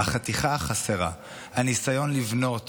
הניסיון לבנות